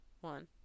one